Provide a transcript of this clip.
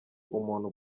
umuntu